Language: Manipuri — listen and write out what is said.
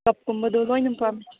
ꯀꯞ ꯀꯨꯝꯕꯗꯨ ꯂꯣꯏꯅ ꯄꯥꯝꯃꯦ